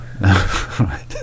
Right